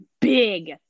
Big